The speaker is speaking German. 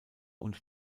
und